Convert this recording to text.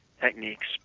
Techniques